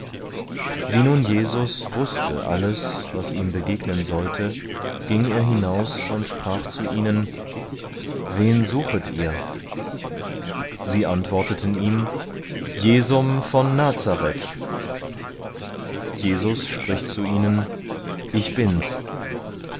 wie nun jesus wußte alles was ihm begegnen sollte ging er hinaus und sprach zu ihnen wen suchet ihr sie antworteten ihm jesum von nazareth jesus spricht zu ihnen ich bin's